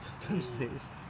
Thursdays